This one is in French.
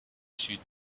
sud